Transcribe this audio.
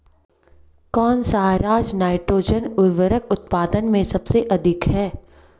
कौन सा राज नाइट्रोजन उर्वरक उत्पादन में सबसे अधिक है?